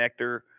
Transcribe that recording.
connector